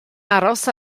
aros